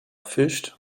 fished